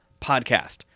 podcast